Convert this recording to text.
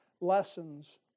lessons